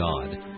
God